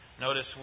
Notice